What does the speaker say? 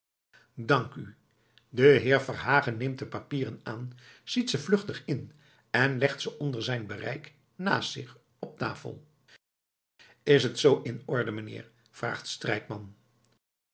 dank u de heer verhagen neemt de papieren aan ziet ze vluchtig in en legt ze onder zijn bereik naast zich op tafel is t zoo in orde meneer vraagt strijkman